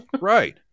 right